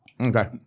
Okay